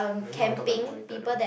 i really wanna talk about monitor though